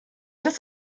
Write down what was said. das